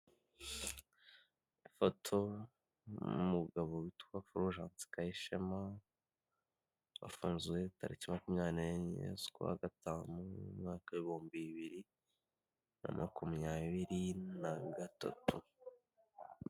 Aha haragaragazwa inzu icururizwamo ibikomoka ku mata bizwi nkadiyari. Aha, hari icyuma cyabugenewe kibika aya mata, hari n'akabati kabugenewe kagizwe n'ibirahuri gateretsemo utujerekani dutoya tw'umweru turimo amata.